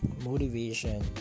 motivation